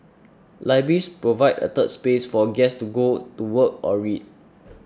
libraries provide a 'third space' for a guest to go to work or read